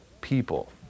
people